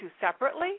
separately